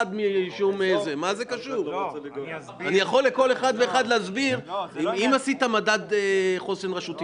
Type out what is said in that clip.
אני יכול לכל אחד ואחד להסביר אם עשיתי מדד רשותי.